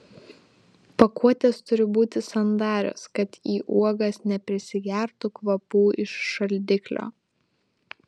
pakuotės turi būti sandarios kad į uogas neprisigertų kvapų iš šaldiklio